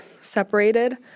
separated